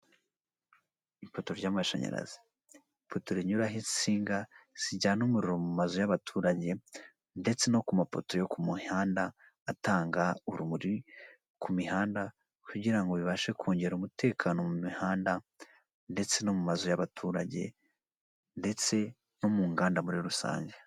Ipoto ry’amashanyarazi, ipoto rinyuraraho insinga zijyana umuriro mu mazu y’abaturage ndetse no ku mapoto yo ku muhanda atanga urumuri ku mihanda. Kugira ngo bibashe kongera umutekano mu mihanda ndetse no mu mazu y’abaturage ndetse no mu nganda muri rusange.